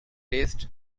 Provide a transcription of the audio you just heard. taste